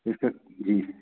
जैसे जी